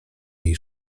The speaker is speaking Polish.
jej